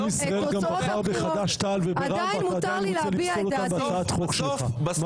עם ישראל גם בחר בחד"ש תע"ל ועדיין רוצה לפסול אותם בהצעת החוק שלך.